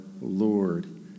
Lord